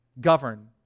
govern